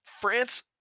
france